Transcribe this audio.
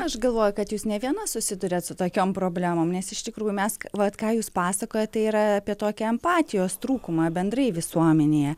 aš galvoju kad jūs ne viena susiduriat su tokiom problemom nes iš tikrųjų mes vat ką jūs pasakojat tai yra apie tokią empatijos trūkumą bendrai visuomenėje